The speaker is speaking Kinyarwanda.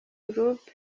group